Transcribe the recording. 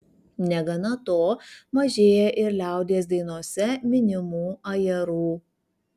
negana to mažėja ir liaudies dainose minimų ajerų